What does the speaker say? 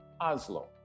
Oslo